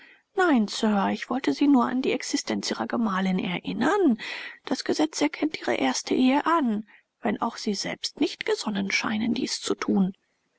nein sir ich wollte sie nur an die existenz ihrer gemahlin erinnern das gesetz erkennt ihre erste ehe an wenn auch sie selbst nicht gesonnen scheinen dies zu thun